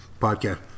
Podcast